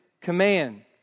command